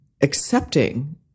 accepting